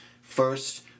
First